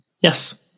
Yes